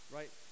Right